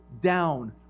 down